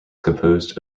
composed